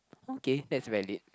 okay that's valid